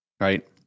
right